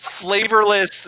flavorless